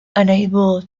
unable